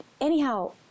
Anyhow